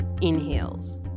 inhales